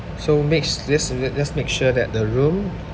so makes this just just make sure that the room